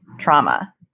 trauma